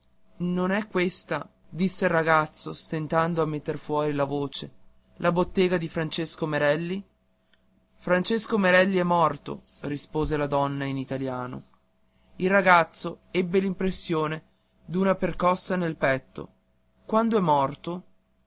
non è questa disse stentando a metter fuori la voce la bottega di francesco merelli francesco merelli è morto rispose la donna in italiano il ragazzo ebbe l'impressione d'una percossa nel petto quando morto